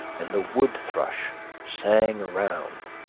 and the wood thrush sang around,